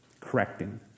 correcting